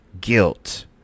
guilt